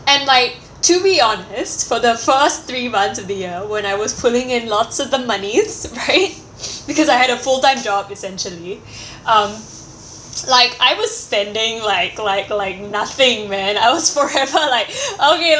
and like to be honest for the first three months of the year when I was pulling in lots of the monies right because I had a fulltime job essentially um like I was spending like like like nothing man I was forever like okay